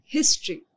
History